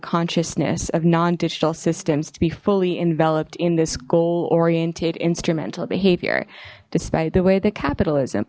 consciousness of non digital systems to be fully enveloped in this goal oriented instrumental behavior despite the way the capitalism